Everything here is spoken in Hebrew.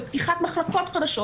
בפתיחת מחלקות חדשות.